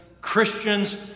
Christians